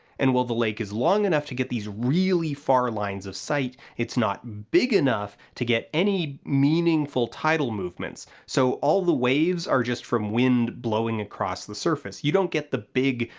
and while the lake is long enough to get these really far lines of sight, it's not big enough to get any meaningful tidal movements, so all the waves are just from wind blowing across the surface, you don't get the big,